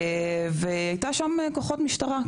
והיו שם כוחות משטרה,